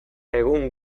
egun